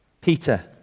Peter